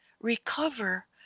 recover